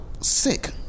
sick